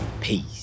Peace